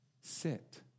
sit